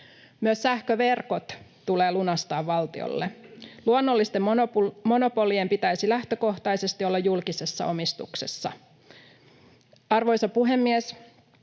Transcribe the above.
Myös sähköverkot tulee lunastaa valtiolle. Luonnollisten monopolien pitäisi lähtökohtaisesti olla julkisessa omistuksessa. Arvoisa puhemies!